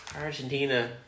Argentina